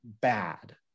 bad